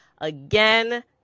again